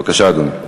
בבקשה, אדוני.